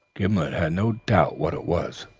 gimblet had no doubt what it was.